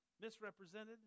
misrepresented